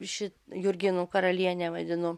ši jurginų karaliene vadinu